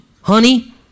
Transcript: honey